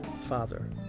Father